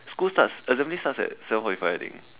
school starts assembly starts at seven forty five I think